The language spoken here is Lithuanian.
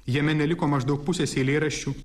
jame neliko maždaug pusės eilėraščių